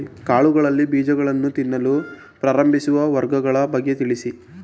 ಕಾಳುಗಳಲ್ಲಿ ಬೀಜಗಳನ್ನು ತಿನ್ನಲು ಪ್ರಾರಂಭಿಸುವ ಲಾರ್ವಗಳ ಬಗ್ಗೆ ತಿಳಿಸಿ?